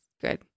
good